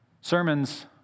Sermons